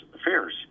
Affairs